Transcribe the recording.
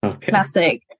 Classic